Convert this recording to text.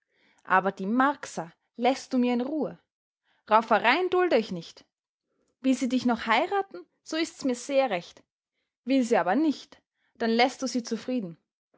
aber die marcsa läßt du mir in ruhe rauferein dulde ich nicht will sie dich noch heiraten so ist's mir sehr recht will sie aber nicht dann läßt du sie zufrieden